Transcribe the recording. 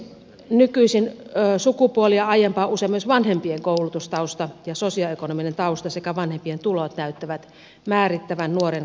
nykyisin sukupuoli ja aiempaa useammin myös vanhempien koulutustausta ja sosioekonominen tausta sekä vanhem pien tulot näyttävät määrittävän nuoren koulutuspolkua